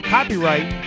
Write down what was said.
Copyright